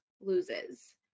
loses